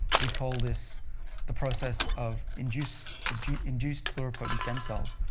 we call this the process of induced ah induced pluripotent stem cells,